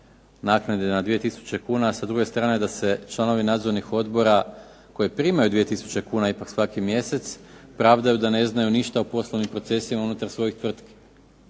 naknade na 2000 kuna, a sa druge strane da se članovi nadzornih odbora koji primaju 2000 kuna ipak svaki mjesec pravdaju da ne znaju ništa o poslovnim procesima unutar svojih tvrtki.